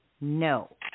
no